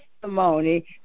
testimony